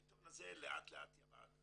העיתון הזה לאט לאט ירד,